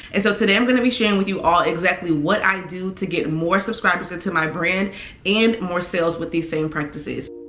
and so today i'm gonna be sharing with you all exactly what i do to get more subscribers into my brand and more sales with these same practices.